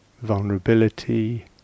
vulnerability